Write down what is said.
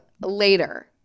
later